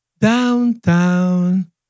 downtown